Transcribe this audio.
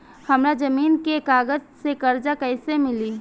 हमरा जमीन के कागज से कर्जा कैसे मिली?